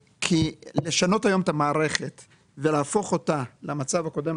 לשנות היום את המערכת ולהפוך אותה למצב הקודם,